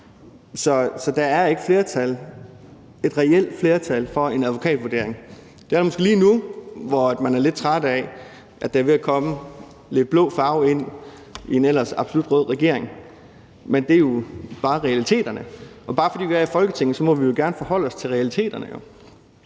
Så der er ikke et reelt flertal for en advokatvurdering. Det er der måske lige nu, hvor man er lidt træt af, at der er ved at komme lidt blå farve ind i en ellers absolut rød regering. Men det er bare realiteterne, og selv om vi er her i Folketinget, må vi jo gerne forholde os til realiteterne.